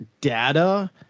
data